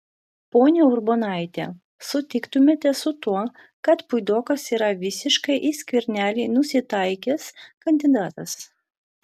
ponia urbonaite sutiktumėte su tuo kad puidokas yra visiškai į skvernelį nusitaikęs kandidatas